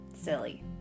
silly